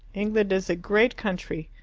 england is a great country.